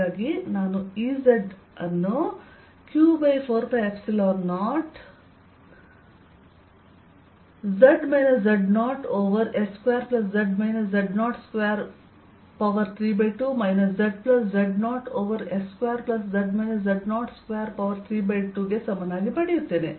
ಹಾಗಾಗಿ ನಾನು Ez ಅನ್ನು q4π0z z0ಓವರ್ s2z z0232ಮೈನಸ್ zz0ಓವರ್ s2z z0232ಗೆ ಸಮನಾಗಿ ಪಡೆಯುತ್ತೇನೆ